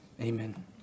Amen